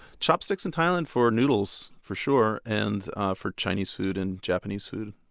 chopsticks in thailand for noodles for sure, and for chinese food and japanese food.